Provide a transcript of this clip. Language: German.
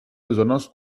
besonders